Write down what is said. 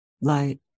light